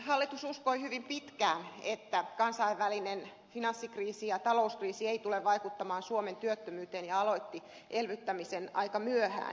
hallitus uskoi hyvin pitkään että kansainvälinen finanssikriisi ja talouskriisi ei tule vaikuttamaan suomen työttömyyteen ja aloitti elvyttämisen aika myöhään